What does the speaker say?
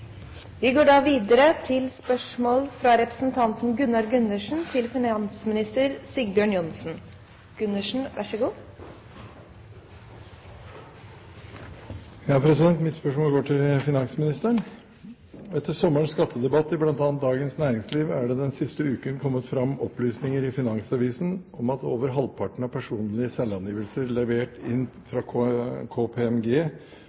Vi går tilbake til spørsmål 3. Mitt spørsmål går til finansministeren: «Etter sommerens skattedebatt i bl.a. Dagens Næringsliv er det den siste uken kommet frem opplysninger i Finansavisen om at over halvparten av personlige selvangivelser levert